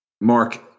Mark